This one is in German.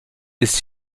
ist